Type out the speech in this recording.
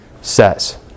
says